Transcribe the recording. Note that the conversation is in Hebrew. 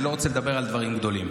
אני לא רוצה לדבר על דברים גדולים.